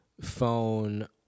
phone